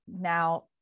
Now